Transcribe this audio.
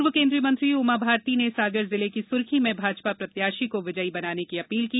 पूर्व केन्द्रीय मंत्री उमा भारती ने सागर जिले की सुरखी में भाजपा प्रत्याशी को विजयी बनाने की अपील की